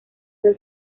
del